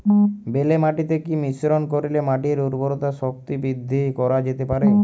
বেলে মাটিতে কি মিশ্রণ করিলে মাটির উর্বরতা শক্তি বৃদ্ধি করা যেতে পারে?